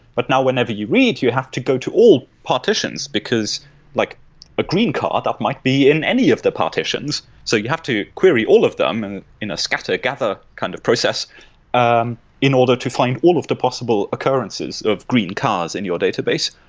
but now, whenever you read, you have to go to all partitions, because like a green car that might be in any of the partitions, so you have to query all of them and in a scatter-gather kind of process um in order to find all of the possible occurrences of green cars in your database.